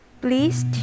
Please